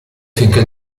finché